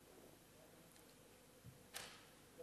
אתה,